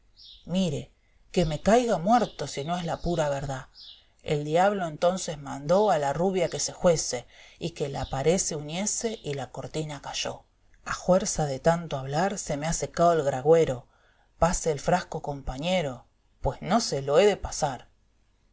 imire que me caiga muerto si no es la pura verdá el diablo entonces mandó a la rubia que se juese y que la paré se uniese y la cortina cayó a juerza de tanto hablar se me ha secao el gragüero pase el frasco compañero i pues no se lo he de pasar